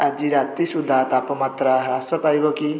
ଆଜି ରାତି ସୁଦ୍ଧା ତାପମାତ୍ରା ହ୍ରାସ ପାଇବ କି